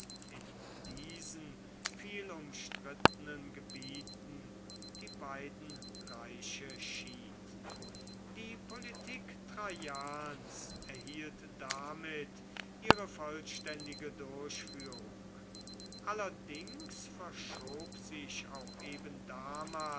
in diesen vielumstrittenen gebieten die beiden reiche schied die politik traians erhielt damit ihre vollständige durchführung allerdings verschob sich auch eben